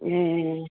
ए